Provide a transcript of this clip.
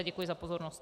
Děkuji za pozornost.